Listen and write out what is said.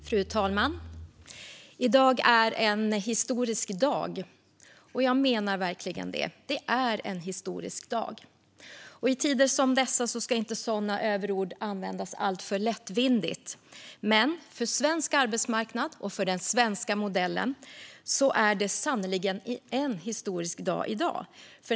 Fru talman! I dag är en historisk dag, och jag menar det verkligen. Det är en historisk dag. I tider som dessa ska sådana ord inte användas alltför lättvindigt, men för svensk arbetsmarknad och för den svenska modellen är det sannerligen en historisk dag i dag.